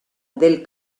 del